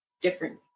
different